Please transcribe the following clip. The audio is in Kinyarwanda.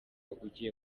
ugiye